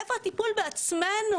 איפה הטיפול בעצמנו?